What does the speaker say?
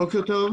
בוקר טוב.